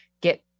get